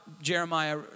Jeremiah